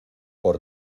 por